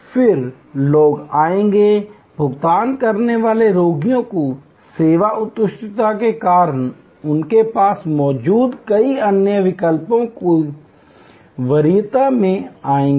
फिर लोग आएंगे भुगतान करने वाले रोगियों को सेवा उत्कृष्टता के कारण उनके पास मौजूद कई अन्य विकल्पों की वरीयता में आएंगे